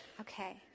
Okay